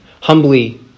humbly